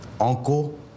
uncle